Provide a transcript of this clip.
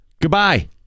Goodbye